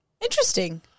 Interesting